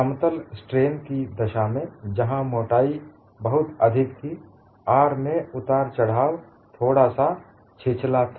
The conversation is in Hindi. समतल स्ट्रेन की दशा में जहां मोटाई बहुत अधिक थी R में उतार चढ़ाव थोडा सा छिछला था